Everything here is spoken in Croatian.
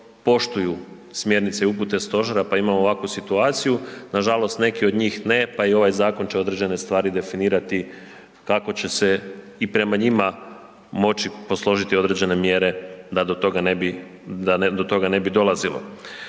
poštuju smjernice i upute stožera pa imamo ovakvu situaciju, nažalost neki od njih ne, pa i ovaj zakon će određene stvari definirati kako će se i prema njima moći posložiti određene mjere da do toga ne bi dolazilo.